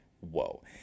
whoa